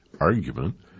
argument